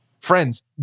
Friends